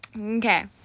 okay